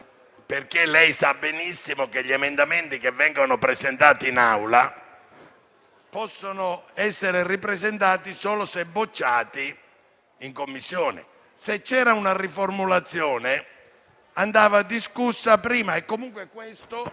Lei sa benissimo, infatti, che gli emendamenti che vengono presentati in Assemblea possono essere ripresentati solo se bocciati in Commissione. Se c'era una riformulazione, andava discussa prima e comunque